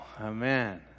Amen